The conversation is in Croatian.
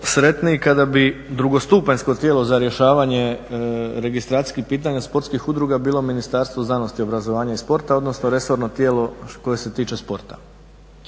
sretniji kada bi drugostupanjsko tijelo za rješavanje registracijskih pitanja sportskih udruga bilo Ministarstvo znanosti, obrazovanja i sporta, odnosno resorno tijelo koje se tiče sporta.